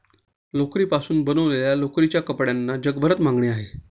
लोकरीपासून बनवलेल्या लोकरीच्या कपड्यांना जगभरात मागणी आहे